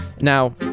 Now